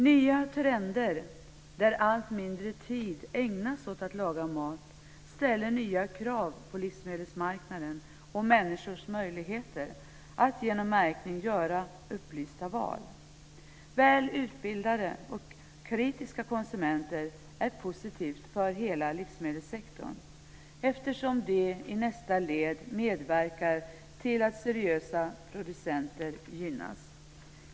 Nya trender där allt mindre tid ägnas åt att laga mat ställer krav på livsmedelsmarknaden och människors möjligheter att genom märkning göra upplysta val. Väl utbildade och kritiska konsumenter är någonting positivt för hela livsmedelssektorn, eftersom de i nästa led medverkar till att seriösa producenter gynnas.